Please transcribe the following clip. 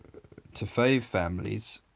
to five families,